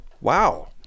wow